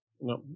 no